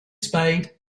spade